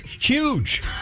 Huge